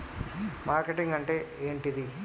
Marketing అంటే ఏంటిది?